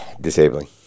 disabling